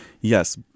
Yes